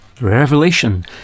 Revelation